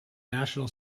national